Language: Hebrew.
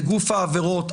לגוף העבירות,